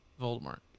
Voldemort